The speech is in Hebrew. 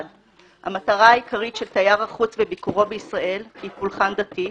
המטרה העיקרית של תייר החוץ בביקורו בישראל היא פולחן דתי,